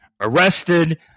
arrested